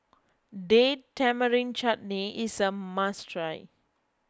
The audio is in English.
Date Tamarind Chutney is a must try